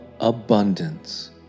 abundance